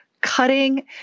cutting